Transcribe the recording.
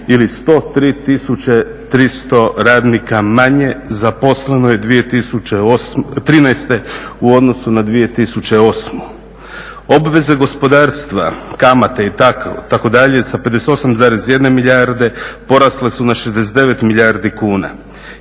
tisuće 300 radnika manje zaposleno je 2013. u odnosu na 2008. Obveze gospodarstva, kamate itd. sa 58,1 milijarde porasle su na 69 milijardi kuna.